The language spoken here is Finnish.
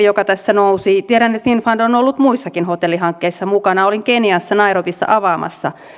joka tässä nousi tiedän että finnfund on ollut muissakin hotellihankkeissa mukana olin keniassa nairobissa avaamassa